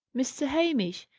mr. hamish,